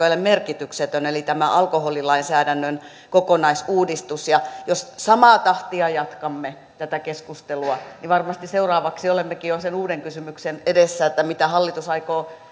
ei ole merkityksetön eli tämä alkoholilainsäädännön kokonaisuudistus jos samaa tahtia jatkamme tätä keskustelua niin varmasti seuraavaksi olemmekin jo sen uuden kysymyksen edessä mitä hallitus aikoo